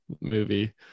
movie